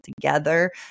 together